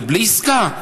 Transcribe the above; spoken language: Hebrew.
ובלי עסקה,